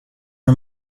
are